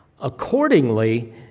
Accordingly